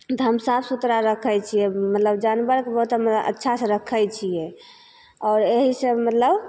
तऽ हम साफ सुथरा रखै छिए मतलब जानवरके बहुत हम अच्छासे रखै छिए आओर एहिसे मतलब